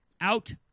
out